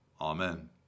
Amen